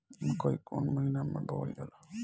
मकई कौन महीना मे बोअल जाला?